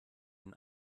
den